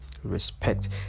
respect